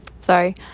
Sorry